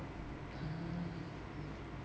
ah